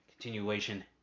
continuation